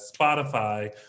Spotify